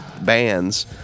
bands